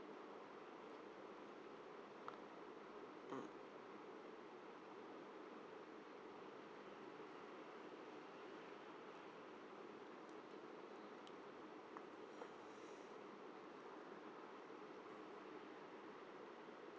mm